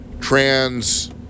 trans